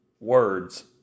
words